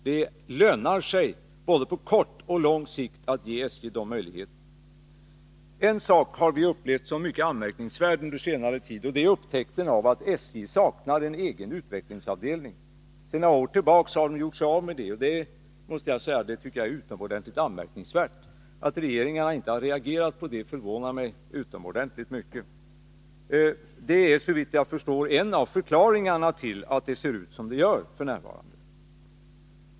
Det lönar sig både på kort och lång sikt att ge SJ de möjligheterna. En sak har vi upplevt som mycket anmärkningsvärd under senare tid, och det är upptäckten av att SJ sedan några år tillbaka saknar en egen utvecklingsavdelning. Jag tycker att det är utomordentligt anmärkningsvärt, och att regeringen inte har reagerat på det förvånar mig oerhört. Det är såvitt jag förstår en av förklaringarna till att det ser ut som det gör f. n.